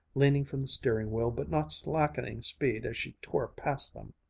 leaning from the steering wheel but not slackening speed as she tore past them.